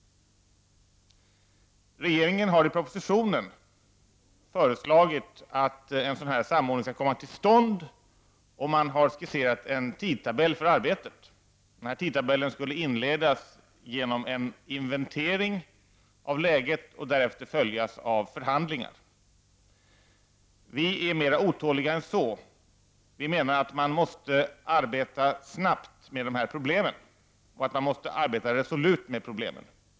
Regeringen har i propositionen föreslagit att en samordning skall komma till stånd och har skisserat en tidtabell för detta arbete. Denna tidtabell inleds med en inventering av läget och följs därefter av förhandlingar. Vi inom utskottet är mer otåliga än så. Vi menar att man måste arbeta snabbt och resolut med dessa problem.